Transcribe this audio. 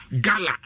Gala